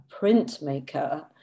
printmaker